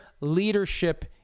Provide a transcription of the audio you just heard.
leadership